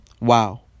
wow